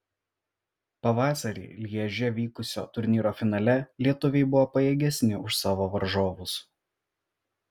pavasarį lježe vykusio turnyro finale lietuviai buvo pajėgesni už savo varžovus